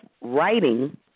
writing